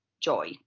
joy